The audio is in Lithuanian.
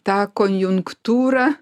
ta konjunktūra